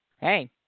hey